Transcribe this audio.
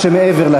חבר הכנסת גפני,